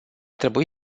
trebui